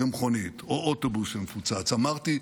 במכונית או אוטובוס שמפוצץ, אמרתי: